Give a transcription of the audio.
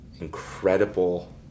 incredible